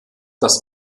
das